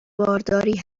بارداری